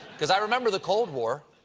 because i remember the cold war.